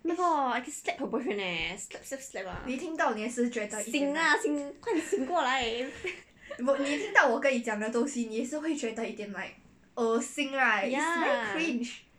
oh my god I can slap her boyfriend leh slap slap ah 醒 lah 快点醒过来 ya